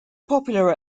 popular